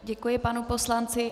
Děkuji panu poslanci.